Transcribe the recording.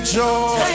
joy